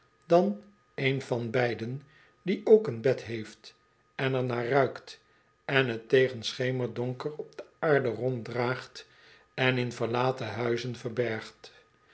dan een van beiden die ook een bed heeft en er naar ruikt en het tegen schemerdonker op de aarde ronddraagt en in verlaten huizen verbergt